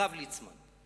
הרב ליצמן.